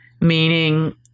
Meaning